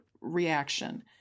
reaction